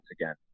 again